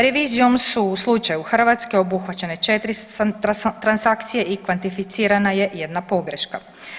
Revizijom su u slučaju Hrvatske obuhvaćene 4 transakcije i kvantificirana je jedna pogreška.